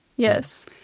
Yes